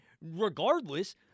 regardless